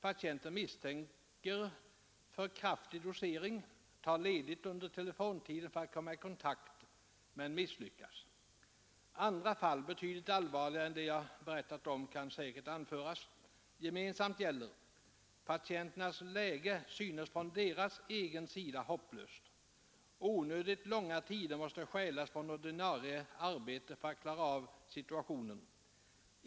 Patienten misstänker för kraftig dosering, tar ledigt under telefontiden för att komma i kontakt med läkaren men misslyckas. Andra fall, betydligt allvarligare än dem jag berättat om, kan säkert anföras. Gemensamt gäller att patienternas läge från deras egen sida syns hopplöst. Onödigt långa tider måste stjälas från ordinarie arbete för att klara av situationen.